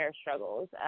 struggles